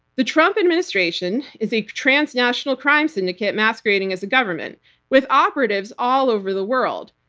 the trump administration is a transnational crime syndicate masquerading as a government with operatives all over the world,